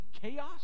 chaos